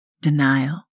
Denial